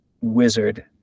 wizard